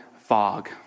fog